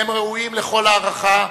והם ראויים לכל הערכה,